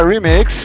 Remix